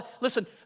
Listen